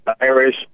Irish